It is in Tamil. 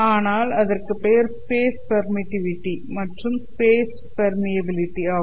அதனால் இதற்குப் பெயர் ஸ்பேஸ் பெர்மிட்டிவிட்டி மற்றும் ஸ்பேஸ் பெர்மியபிலிட்டி ஆகும்